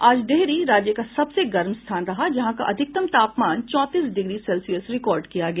आज डिहरी राज्य का सबसे गर्म स्थान रहा जहां का अधिकतम तापमान चौंतीस डिग्री सेल्सियस रिकॉर्ड किया गया